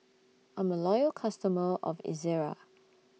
I'm A Loyal customer of Ezerra